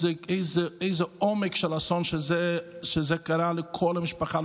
איזה עומק של אסון כשזה קרה לכל המשפחה,